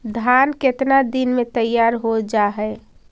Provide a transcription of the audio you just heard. धान केतना दिन में तैयार हो जाय है?